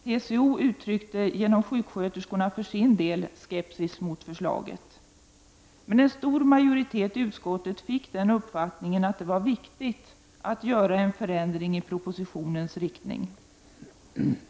TCO uttryckte genom sjuksköterskorna för sin del skepsis mot förslaget, men en stor majoritet i utskottet fick den uppfattningen att det var viktigt att göra en förändring i propositionens inriktning.